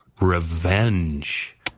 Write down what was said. Revenge